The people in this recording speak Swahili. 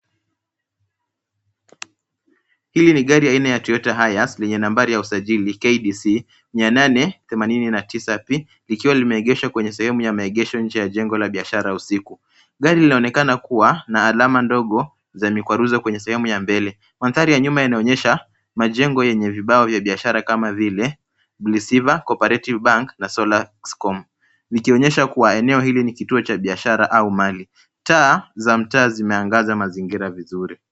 Hili ni gari aina ya Toyota Hiace lenye nambari ya usajili KDC 889 P, likiwa limeegeshwa kwenye sehemu ya maegesho nje ya jengo la biashara usiku. Gari linnaonekana kuwa na alama ndogo za mikwaruzo kwenye sehemu ya mbele. Mandhari ya nyuma yanaonyesha majengo yenye vibao vya biashara kama Lisiva, Cooperative Bank na Solax Comm, ikionyesha kuwa eneo hili ni kituo cha biashara au mali. Taa za mtaa zimeangaza mazingira vizuri.